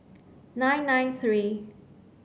nine nine three